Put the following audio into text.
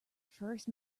first